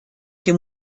dem